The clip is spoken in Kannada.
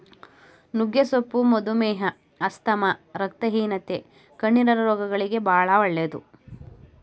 ನುಗ್ಗೆ ಸೊಪ್ಪು ಮಧುಮೇಹ, ಆಸ್ತಮಾ, ರಕ್ತಹೀನತೆ, ಕಣ್ಣಿನ ರೋಗಗಳಿಗೆ ಬಾಳ ಒಳ್ಳೆದು